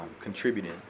contributing